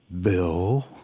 Bill